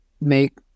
make